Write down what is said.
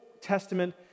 Testament